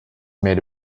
made